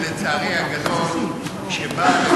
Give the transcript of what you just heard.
ולצערי הגדול, כשבאים